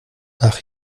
ach